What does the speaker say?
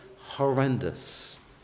horrendous